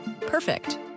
Perfect